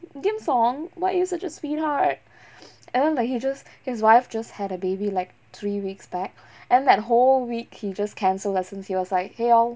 kim song why are you such a sweetheart and then like he just his wife just had a baby like three weeks back and that whole week he just cancelled lessons he was like !hey! all